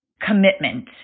commitment